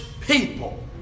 people